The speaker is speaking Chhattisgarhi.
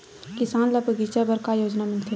किसान ल बगीचा बर का योजना मिलथे?